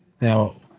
Now